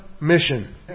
mission